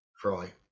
Fry